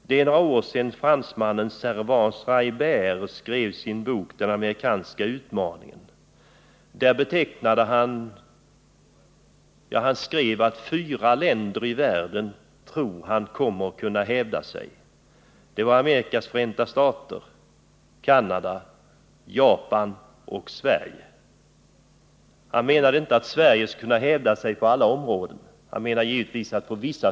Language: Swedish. Det är några år sedan fransmannen Servan-Schreiber skrev sin bok Den amerikanska utmaningen. Han skrev att han trodde att fyra länder i världen skulle komma att hävda sig. Det var USA, Canada, Japan och Sverige. Han menade inte att Sverige skulle kunna hävda sig på alla områden i vär!